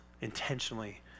intentionally